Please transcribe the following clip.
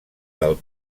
del